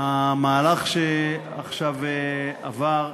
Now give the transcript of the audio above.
המהלך שעכשיו עבר,